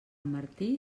martí